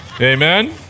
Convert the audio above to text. Amen